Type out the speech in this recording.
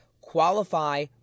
qualify